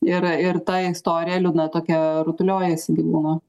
ir ir ta istorija liūdna tokia rutuliojasi gyvūno